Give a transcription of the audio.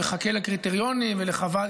הוא מחכה לקריטריונים ולחוות דעת.